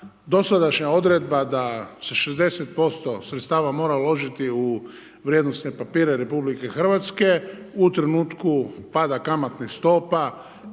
dosadašnja odredba da se 60% sredstava mora uložiti u vrijednosne papire RH u trenutku pada kamatnih stopa